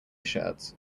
shirt